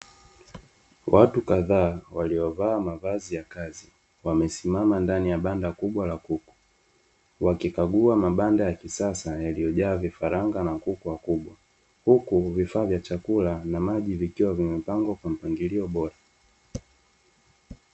Watu kadhaa waliovaa mavazi ya kazi, wamesimama ndani ya banda kubwa la kuku, wakikagua mabanda ya kisasa yaliyojaa vifaranga na kuku wakubwa, huku vifaa vya chakula na maji vikiwa vimepangwa kwa mpangilio bora.